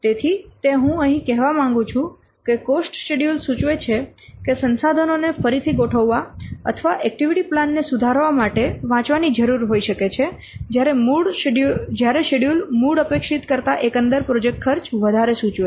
તેથી તે હું અહીં કહેવા માંગું છું કે કોસ્ટ શેડ્યૂલ સૂચવે છે કે સંસાધનોને ફરીથી ગોઠવવા અથવા એક્ટિવિટી પ્લાન ને સુધારવા માટે વાંચવાની જરૂર હોઈ શકે છે જ્યારે શેડ્યૂલ મૂળ અપેક્ષિત કરતા એકંદર પ્રોજેક્ટ ખર્ચ વધારે સૂચવે છે